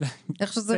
איך שזה נקרא?